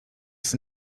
for